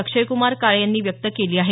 अक्षयक्मार काळे यांनी व्यक्त केली आहे